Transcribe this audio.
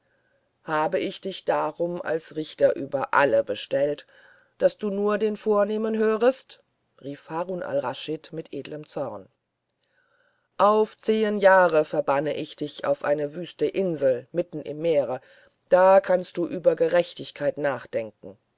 habe ich dich darum als richter über alle bestellt daß du nur den vornehmen hörest rief harun al raschid mit edlem zorn auf zehen jahre verbanne ich dich auf eine wüste insel mitten im meere da kannst du über gerechtigkeit nachdenken